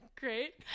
great